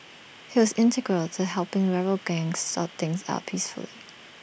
he was integral to helping rival gangs sort things out peacefully